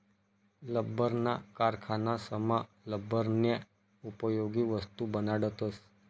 लब्बरना कारखानासमा लब्बरन्या उपयोगी वस्तू बनाडतस